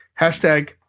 Hashtag